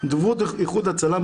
דוברות איחוד הצלה,